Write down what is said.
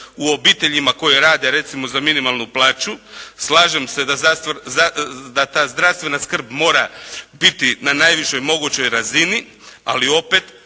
u obiteljima koje rade recimo za minimalnu plaću. Slažem se da ta zdravstvena skrb mora biti na najvišoj mogućoj razini, ali opet